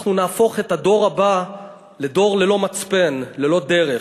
אנחנו נהפוך את הדור הבא לדור ללא מצפן, ללא דרך.